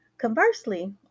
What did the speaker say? Conversely